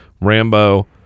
Rambo